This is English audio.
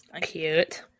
cute